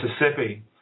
Mississippi